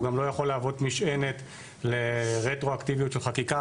גם לא יכול להוות משענת לרטרואקטיביות של חקיקה.